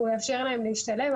הוא יאפשר להם להשתלב.